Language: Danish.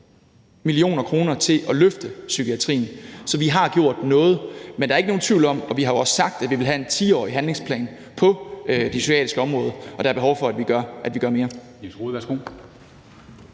mio. kr. til at løfte psykiatrien, så vi har gjort noget, og vi har også sagt, at vi vil have en 10-årig handlingsplan på det psykiatriske område, men der er behov for, at vi gør mere.